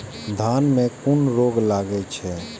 धान में कुन रोग लागे छै?